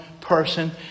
person